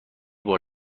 بار